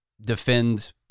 defend